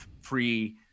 free